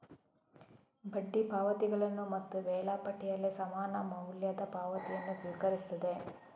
ಬಡ್ಡಿ ಪಾವತಿಗಳನ್ನು ಮತ್ತು ವೇಳಾಪಟ್ಟಿಯಲ್ಲಿ ಸಮಾನ ಮೌಲ್ಯದ ಪಾವತಿಯನ್ನು ಸ್ವೀಕರಿಸುತ್ತದೆ